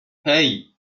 hey